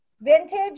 vintage